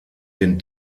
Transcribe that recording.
den